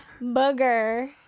booger